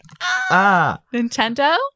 Nintendo